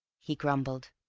he grumbled.